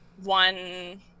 one